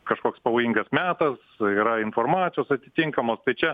kažkoks pavojingas metas yra informacijos atitinkamos tai čia